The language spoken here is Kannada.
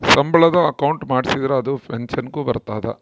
ಸಂಬಳದ ಅಕೌಂಟ್ ಮಾಡಿಸಿದರ ಅದು ಪೆನ್ಸನ್ ಗು ಬರ್ತದ